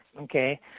Okay